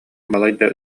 балайда